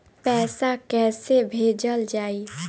पैसा कैसे भेजल जाइ?